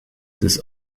des